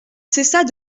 cessât